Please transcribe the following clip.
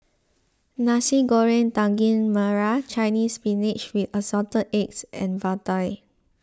Nasi Goreng Daging Merah Chinese Spinach with Assorted Eggs and Vadai